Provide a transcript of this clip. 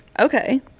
Okay